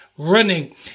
running